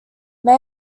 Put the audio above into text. may